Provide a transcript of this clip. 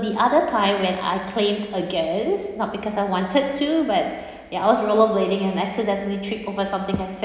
the other time when I claimed again not because I wanted to but ya I was rollerblading and accidentally trip over something and fell